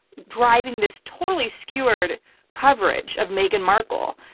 driving this totally skewered coverage of meghan markle.